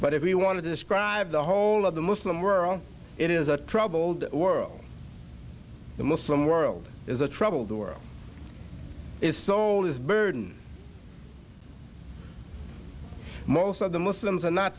but if we want to describe the whole of the muslim world it is a troubled world the muslim world is a troubled the world is soul is burden most of the muslims are not